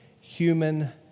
human